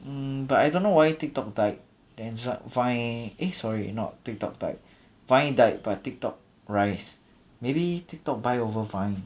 mm but I don't know why TikTok died then Vine eh sorry not TikTok died Vine died but TikTok rise maybe TikTok buy over Vine